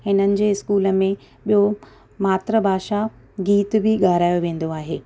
हिननि जे स्कूल में ॿियो मात्र भाषा गीत बि ॻाराए वेंदो आहे